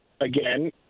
again